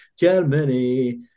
Germany